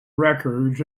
records